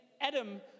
Adam